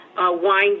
wine